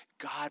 God